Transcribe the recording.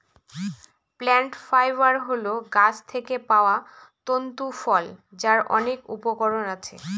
plant fibre হল গাছ থেকে পাওয়া তন্তু ফল যার অনেক উপকরণ আছে